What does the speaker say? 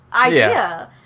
idea